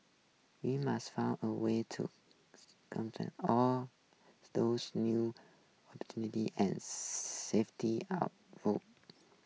we must find a way to all those new and safety our votes